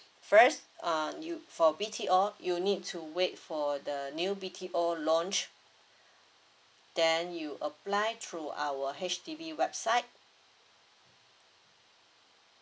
first uh you for B_T_O you need to wait for the new B_T_O launch then you apply through our H_D_B website